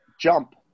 jump